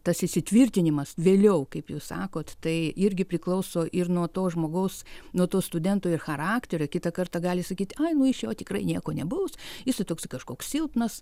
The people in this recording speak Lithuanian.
tas įsitvirtinimas vėliau kaip jūs sakot tai irgi priklauso ir nuo to žmogaus nuo to studento ir charakterio kitą kartą gali sakyt ai nu iš jo tikrai nieko nebus jis tai toks tai kažkoks silpnas